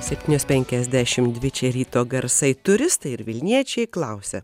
septynios penkiasdešimt dvi čia ryto garsai turistai ir vilniečiai klausia